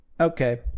okay